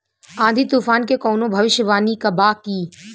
आँधी तूफान के कवनों भविष्य वानी बा की?